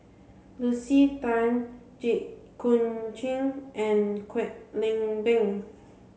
Lucy Tan Jit Koon Ch'ng and Kwek Leng Beng